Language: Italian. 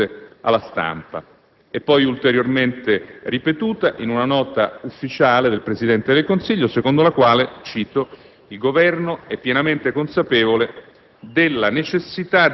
anche di fronte alla stampa e poi ulteriormente ripetuta in una nota ufficiale della Presidenza del Consiglio, secondo la quale - cito - «il Governo è pienamente consapevole